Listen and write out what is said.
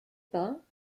pas